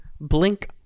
Blink